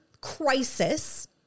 crisis